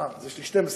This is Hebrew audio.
אה, אז יש לי 12 דקות.